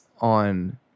on